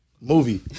Movie